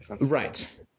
Right